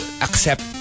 accept